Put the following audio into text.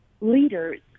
leaders